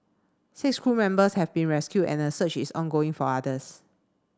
six crew members have been rescued and a search is ongoing for others